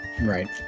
Right